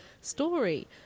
story